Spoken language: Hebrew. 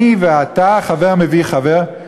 אני ואתה, חבר מביא חבר.